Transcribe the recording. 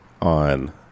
on